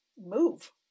move